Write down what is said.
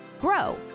grow